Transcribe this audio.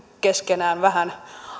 keskenään vähän